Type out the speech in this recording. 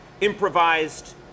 improvised